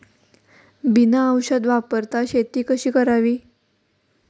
बिना औषध वापरता शेती कशी करावी?